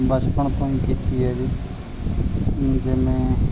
ਬਚਪਨ ਤੋਂ ਹੀ ਕੀਤੀ ਹੈ ਜੀ ਜਿਵੇਂ